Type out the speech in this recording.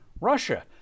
Russia